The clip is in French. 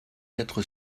quatre